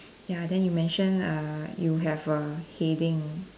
ya then you mention err you have a heading